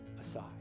aside